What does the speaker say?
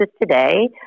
today